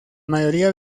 mayoría